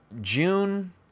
June